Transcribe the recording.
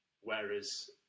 Whereas